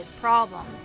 problem